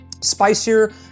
Spicier